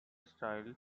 style